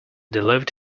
delivered